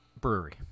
brewery